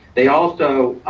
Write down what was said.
they also